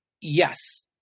yes